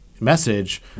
message